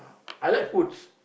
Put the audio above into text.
I like foods